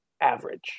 average